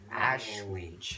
Ashley